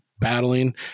Battling